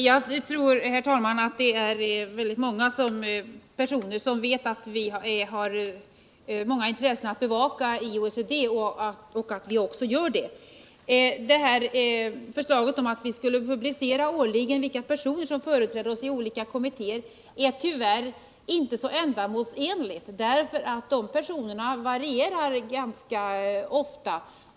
Herr talman! Jag tror att det är ett stort antal personer som vet att vi har många intressen att bevaka i OECD och att vi också gör det. Förslaget om att regeringen årligen skulle publicera vilka personer som företräder Sverige i olika kommittéer är tyvärr inte så ändamålsenligt, därför att de personerna byter arbetsuppgift ganska ofta.